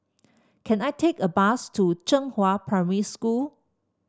can I take a bus to Zhenghua Primary School